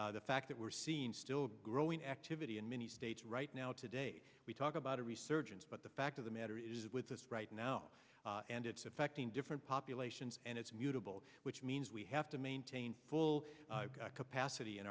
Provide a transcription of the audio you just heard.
flu the fact that we're seeing still growing activity in many states right now today we talk about a resurgence but the fact of the matter is with us right now and it's affecting different populations and it's mutable which means we have to maintain full capacity